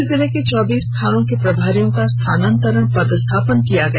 रांची जिले के चौबीस थानों के प्रभारियों का स्थानांतरण पदस्थापन किया गया है